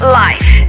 life